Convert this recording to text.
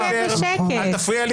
גלעד, תהיה בשקט בבקשה.